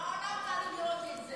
העולם צריך לראות את זה.